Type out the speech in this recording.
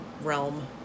realm